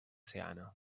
seana